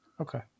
Okay